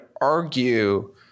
argue